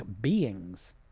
beings